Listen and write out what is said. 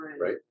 right